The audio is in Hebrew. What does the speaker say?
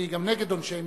אני גם נגד עונשי מינימום.